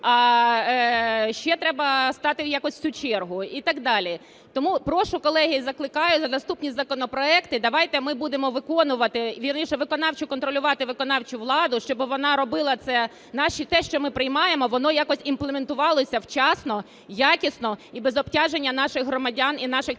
ще треба стати якось в цю чергу і так далі. Тому прошу, колеги, і закликаю наступні законопроекти давайте ми будемо виконувати, вірніше, виконавчу контролювати виконавчу владу, щоб вона робила це і те, що ми приймаємо, воно якось імплементувалося вчасно, якісно і без обтяження наших громадян і наших підприємців.